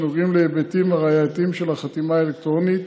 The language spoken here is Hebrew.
שנוגעים להיבטים הראייתיים של החתימה האלקטרונית.